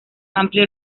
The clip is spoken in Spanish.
amplio